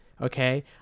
Okay